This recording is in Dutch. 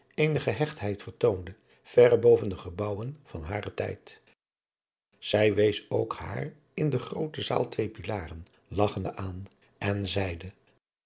eene hechtheid vertoonde verre boven de gebouwen van haren tijd zij wees ook haar in de groote zaal twee pilaren lagchende aan en zeide